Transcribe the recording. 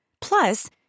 Plus